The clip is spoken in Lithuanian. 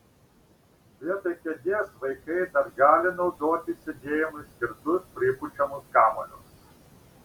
vietoj kėdės vaikai dar gali naudoti sėdėjimui skirtus pripučiamus kamuolius